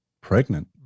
pregnant